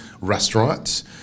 restaurants